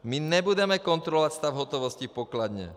My nebudeme kontrolovat stav hotovosti v pokladně.